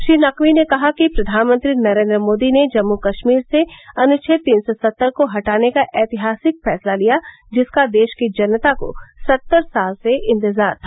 श्री नकवी ने कहा कि प्रधानमंत्री नरेन्द्र मोदी ने जम्मू कश्मीर से अनुच्छेद तीन सौ सत्तर को हटाने का ऐतिहासिक फैंसला लिया जिसका देश की जनता को सत्तर साल से इंतजार था